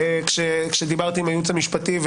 כשדיברתי עם הייעוץ המשפטי,